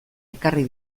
ekarri